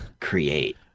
create